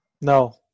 No